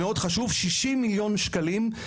חשוב מאוד, 60,000,000 שקלים.